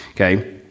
okay